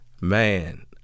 Man